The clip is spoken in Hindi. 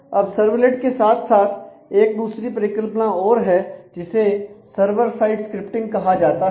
अब सर्वलेट के साथ साथ एक दूसरी परिकल्पना और है जिसे सर्वर साइड स्क्रिप्टिंग कहां जाता है